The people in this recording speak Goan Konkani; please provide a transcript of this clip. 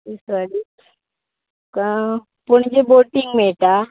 ईस्टेरी पणजे बोटींग मेळटा